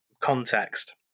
context